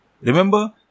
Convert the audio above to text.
Remember